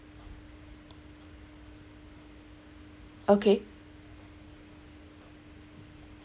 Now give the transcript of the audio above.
okay